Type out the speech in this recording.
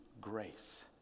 grace